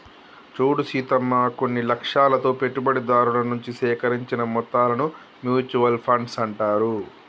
చూడు సీతమ్మ కొన్ని లక్ష్యాలతో పెట్టుబడిదారుల నుంచి సేకరించిన మొత్తాలను మ్యూచువల్ ఫండ్స్ అంటారు